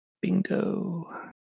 Bingo